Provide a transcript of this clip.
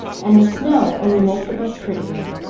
and the snow only makes it look prettier.